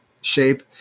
shape